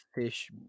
fish